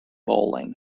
bowling